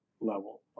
level